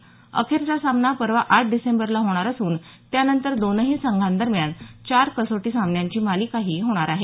मालिकेतला अखेरचा सामना परवा आठ डिसेंबरला होणार असून त्यानंतर दोन्ही संघांदरम्यान चार कसोटी सामन्यांची मालिकाही होणार आहे